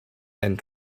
and